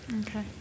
Okay